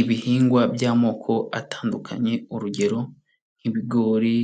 Ibihingwa by'amoko atandukanye urugero nk'ibigori,